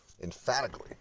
emphatically